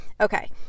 Okay